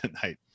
tonight